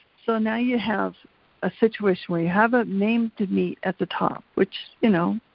so now you have a situation where you have a named meat at the top, which, you know,